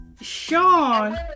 Sean